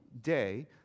day